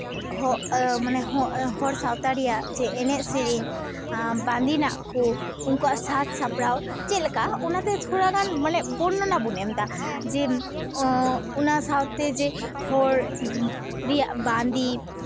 ᱢᱟᱱᱮ ᱦᱚᱲ ᱥᱟᱶᱛᱟ ᱨᱮᱭᱟᱜ ᱡᱮ ᱮᱱᱮᱡᱼᱥᱮᱨᱮᱧ ᱵᱟᱸᱫᱮᱱᱟᱜ ᱠᱚ ᱩᱱᱠᱩᱣᱟᱜ ᱥᱟᱡᱽ ᱥᱟᱯᱲᱟᱣ ᱪᱮᱫ ᱞᱮᱠᱟ ᱚᱱᱟᱛᱮ ᱛᱷᱚᱲᱟᱜᱟᱱ ᱵᱚᱨᱱᱚᱱᱟ ᱵᱚᱱ ᱮᱢᱫᱟ ᱡᱮ ᱚᱱᱟ ᱥᱟᱶᱛᱮ ᱡᱮ ᱦᱚᱲ ᱨᱮᱭᱟᱜ ᱵᱟᱸᱫᱮ